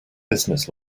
business